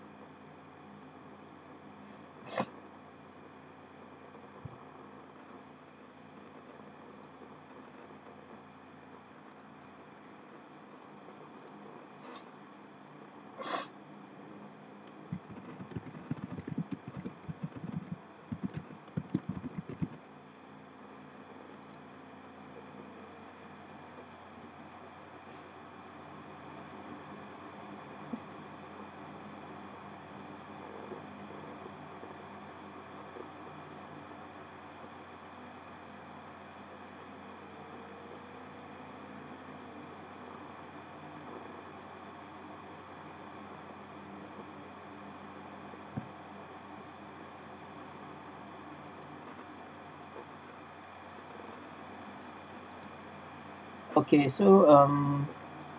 okay so um